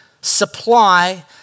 supply